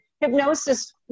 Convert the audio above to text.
hypnosis